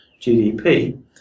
GDP